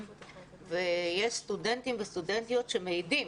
ויש סטודנטים וסטודנטיות שמעידים,